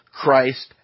Christ